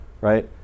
right